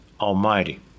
Almighty